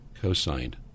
co-signed